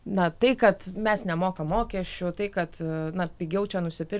na tai kad mes nemokam mokesčių tai kad na pigiau čia nusipirkt